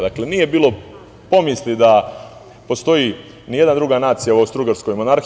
Dakle, nije bilo pomisli da postoji ni jedna druga nacija u Austrougarskoj monarhiji.